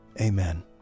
Amen